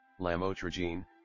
lamotrigine